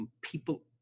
People